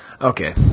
Okay